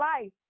life